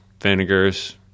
vinegars